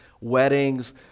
weddings